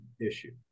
issue